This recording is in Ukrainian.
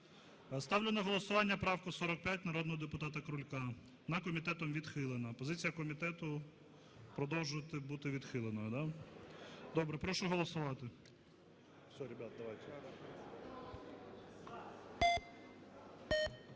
Ставлю на голосування правку 45 народного депутата Крулька. Вона комітетом відхилена. Позиція комітету – продовжити бути відхиленою, да? Добре. Прошу голосувати.